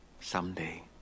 Someday